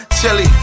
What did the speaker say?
chili